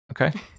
Okay